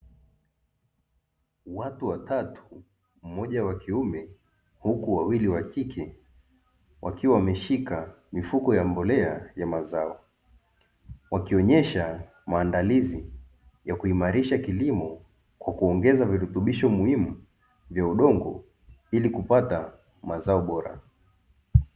Watu watatu mmoja wa kiume huku wawili wa kike wakiwa wameshika mifuko ya mbolea ya mazao, wakionyesha maandalizi ya kuimarisha kilimo kwa kuongeza virutubisho muhimu vya udongo ili kupata mazao bora.